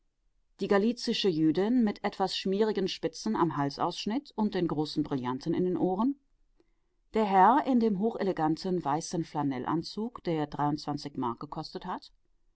die galizische jüdin mit etwas schmierigen spitzen am halsausschnitt und den großen brillanten in den ohren der herr in dem hocheleganten weißen flanellanzug der mark gekostet hat